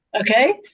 Okay